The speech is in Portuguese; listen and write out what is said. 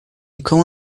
cão